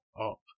up